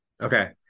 Okay